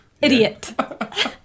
Idiot